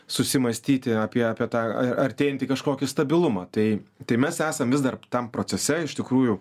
susimąstyti apie apie tą artėjantį kažkokį stabilumą tai tai mes esam vis dar tam procese iš tikrųjų